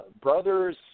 brothers